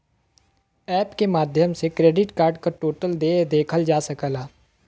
app के माध्यम से क्रेडिट कार्ड क टोटल देय देखल जा सकला